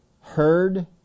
heard